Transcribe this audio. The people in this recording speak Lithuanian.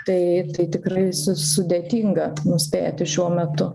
tai tai tikrai su sudėtinga nuspėti šiuo metu